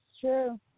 true